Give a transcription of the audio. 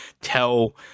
tell